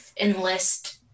enlist